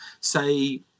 say